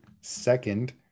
Second